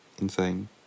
insane